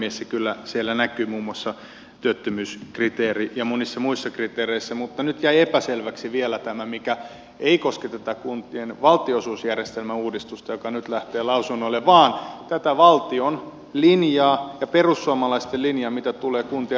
se kyllä siellä näkyy muun muassa työttömyyskriteerissä ja monissa muissa kriteereissä mutta nyt jäi epäselväksi vielä tämä mikä ei koske tätä kuntien valtionosuusjärjestelmäuudistusta joka nyt lähtee lausunnoille vaan tätä valtion linjaa ja perussuomalaisten linjaa mitä tulee kuntien rahoitukseen